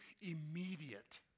immediate